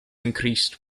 increased